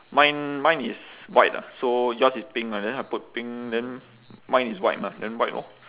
mine mine is white ah so yours is pink ah then I put pink then mine is white lah then white lor